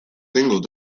single